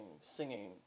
singing